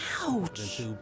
Ouch